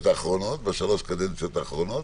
בשלוש הקדנציות האחרונות.